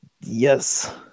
Yes